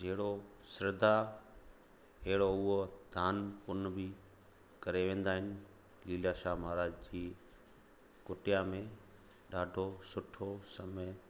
जहिड़ो स्रद्धा तहिड़ो उहो दानु पुण्य बि करे वेंदा आहिनि तीलाशाह महाराज जी कुटिया में ॾाढो सुठो समय